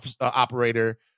operator